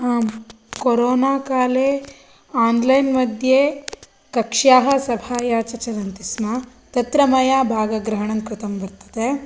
आम् कोरोना काले ओन्लैन् मध्ये कक्ष्याः सभाः च चलन्ति स्म तत्र मया भागग्रहणं कृतं वर्तते